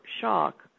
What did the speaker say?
shock